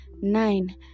Nine